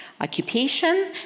occupation